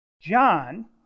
John